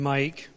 Mike